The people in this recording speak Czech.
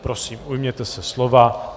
Prosím, ujměte se slova.